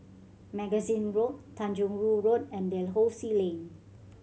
Magazine Road Tanjong Rhu Road and Dalhousie Lane